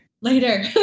later